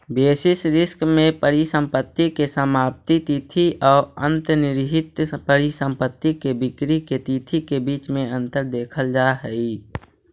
basis risk में परिसंपत्ति के समाप्ति तिथि औ अंतर्निहित परिसंपत्ति के बिक्री के तिथि के बीच में अंतर देखल जा हई